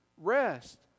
Rest